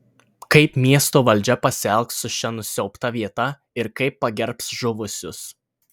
kaip miesto valdžia pasielgs su šia nusiaubta vieta ir kaip pagerbs žuvusius